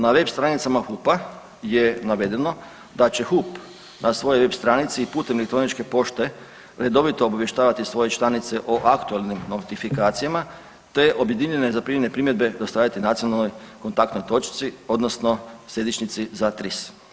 Na web stranicama HUP-a je navedeno da će HUP na svojoj web stranici i putem elektroničke pošte redovito obavještavati svoje članice o aktualnim notifikacijama, te objedinjene i zaprimljene primjedbe dostaviti nacionalnoj kontaktnoj točci, odnosno središnjici za TRIS.